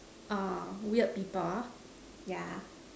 uh weird people yeah